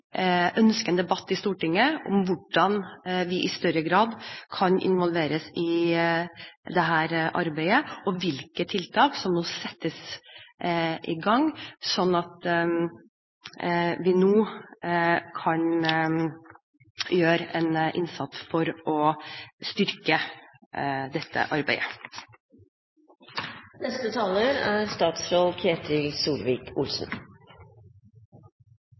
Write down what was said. Stortinget om hvordan vi i større grad kan involveres i dette arbeidet, og hvilke tiltak som må settes i gang, slik at vi nå kan gjøre en innsats for å styrke dette arbeidet. Først en stor takk til interpellanten for å ta opp et veldig viktig tema. Trafikksikkerhet er